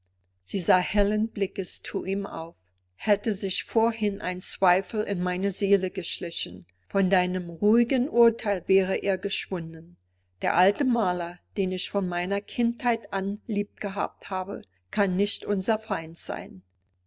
sie sah hellen blickes zu ihm auf hätte sich vorhin ein zweifel in meine seele geschlichen vor deinem ruhigen urteil wäre er geschwunden der alte maler den ich von meiner kindheit an lieb gehabt habe kann nicht unser feind sein